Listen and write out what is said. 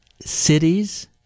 cities